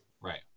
Right